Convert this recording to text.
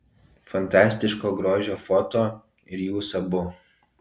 fantastiško grožio foto ir jūs abu